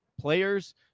players